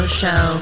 show